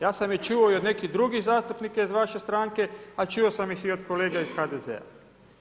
Ja sam je čuo i od nekih drugih zastupnika iz vaše stranke, a čuo sam ih i od kolega iz HDZ-a.